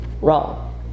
Wrong